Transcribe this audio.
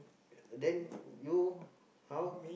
then you how